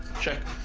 check,